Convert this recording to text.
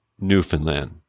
Newfoundland